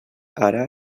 ara